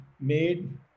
made